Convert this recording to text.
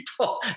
people